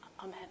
Amen